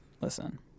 Listen